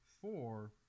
four